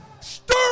Stir